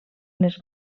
les